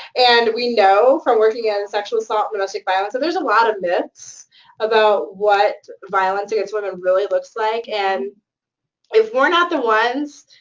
and we know from working in sexual assault domestic violence that there's a lot of myths about what violence against women really looks like, and if we're not the ones,